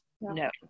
No